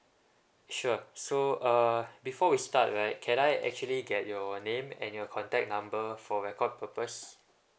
sure so uh before we start right can I actually get your name and your contact number for record purpose